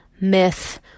Myth